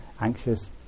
anxious